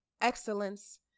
excellence